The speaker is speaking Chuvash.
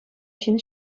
ҫын